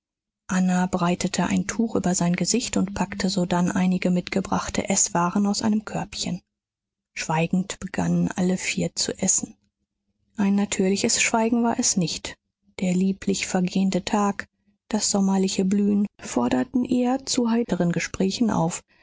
anna breitete ein tuch über sein gesicht und packte sodann einige mitgebrachte eßwaren aus einem körbchen schweigend begannen alle vier zu essen ein natürliches schweigen war es nicht der lieblich vergehende tag das sommerliche blühen forderten eher zu heiteren gesprächen auf